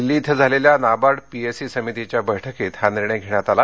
दिल्ली इथं झालेल्या NABARD PAC समितीच्या बैठकीत हा निर्णय झाला